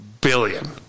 billion